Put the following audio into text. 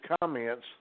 comments